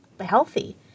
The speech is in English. healthy